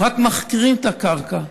רק מחכירים את הקרקע.